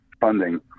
funding